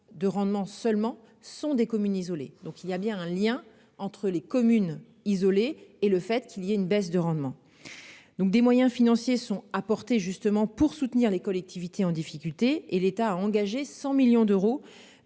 de rendement seulement sont des communes isolées. Donc il y a bien un lien entre les communes isolées et le fait qu'il y a une baisse de rendement. Donc des moyens financiers sont apportées justement pour soutenir les collectivités en difficulté et l'État a engagé 100 millions d'euros